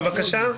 בבקשה.